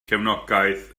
cefnogaeth